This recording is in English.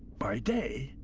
by day,